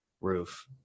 roof